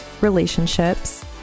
relationships